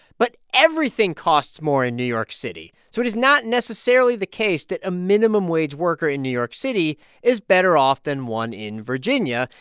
but everything costs more in new york city so it is not necessarily the case that a minimum wage worker in new york city is better off than one in virginia.